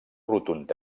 rotund